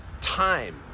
time